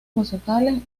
musicales